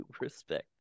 respect